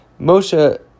Moshe